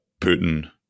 Putin